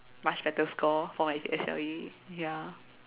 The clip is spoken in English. much better score for my P_S_L_E ya